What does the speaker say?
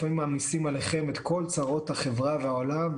לפעמים מעמיסים עליכם את כל צרות החברה והעולם,